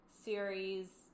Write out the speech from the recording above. series